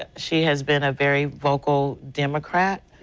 ah she has been a very vocal democrat.